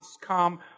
come